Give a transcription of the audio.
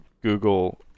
Google